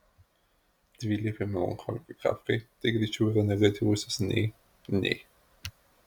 dvilypiam melancholikui kafkai tai greičiau yra negatyvusis nei nei